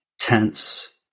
tense